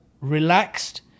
relaxed